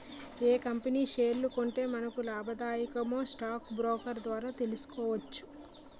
ఏ company షేర్లు కొంటే మనకు లాభాదాయకమో స్టాక్ బ్రోకర్ ద్వారా తెలుసుకోవచ్చు